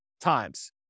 times